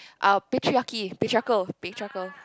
our patriarchy patriarchal patriarchal